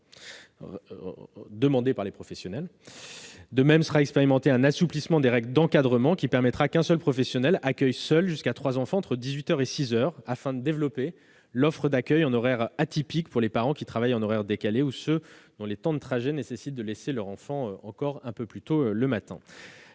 demande des professionnels. De même, sera expérimenté un assouplissement des règles d'encadrement permettant qu'un seul professionnel accueille seul jusqu'à trois enfants entre dix-huit heures et six heures, afin de développer l'offre d'accueil en horaires atypiques pour les parents travaillant en horaires décalés ou ceux dont les temps de trajet nécessitent de laisser leur enfant un peu plus tôt le matin.